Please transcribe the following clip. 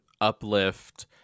uplift